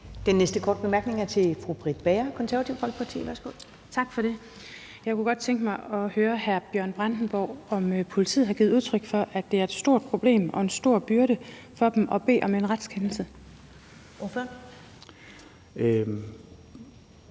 Den næste korte bemærkning er til fru Britt Bager, Det Konservative Folkeparti. Værsgo. Kl. 13:32 Britt Bager (KF): Tak for det. Jeg kunne godt tænke mig at høre hr. Bjørn Brandenborg, om politiet har givet udtryk for, at det er et stort problem og en stor byrde for dem at bede om en retskendelse. Kl.